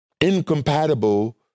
incompatible